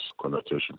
connotation